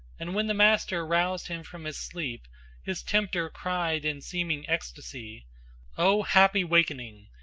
and when the master roused him from his sleep his tempter cried in seeming ecstasy o! happy wakening!